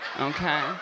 okay